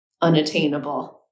Unattainable